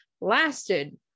lasted